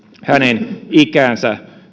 hänen ikäänsä